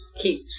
keep